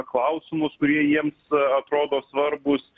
klausimus kurie jiems atrodo svarbūs